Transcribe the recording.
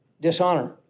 dishonor